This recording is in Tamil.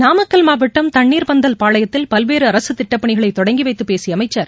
நாமக்கல் மாவட்டம் தண்ணீர்பந்தல் பாளையத்தில் பல்வேறுஅரசுதிட்டப்பணிகளைதொடங்கிவைத்துபேசியஅமைச்சர்